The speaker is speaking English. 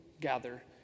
gather